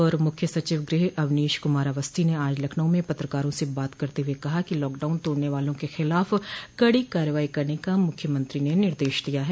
अपर मुख्य सचिव गृह अवनीश कुमार अवस्थी ने आज लखनऊ में पत्रकारों से बात करते हुए कहा कि लॉकडाउन तोड़ने वालों के खिलाफ कड़ी कार्रवाई करने का मुख्यमंत्री न निर्देश दिया है